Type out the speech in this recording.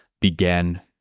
began